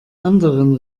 anderen